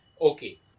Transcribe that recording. Okay